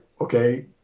okay